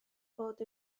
fod